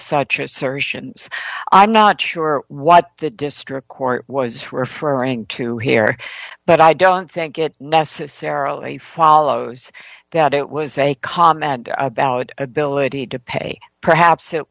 such assertions i'm not sure what the district court was referring to here but i don't think it necessarily follows that it was a comment about ability to pay perhaps it